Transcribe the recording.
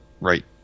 right